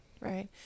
Right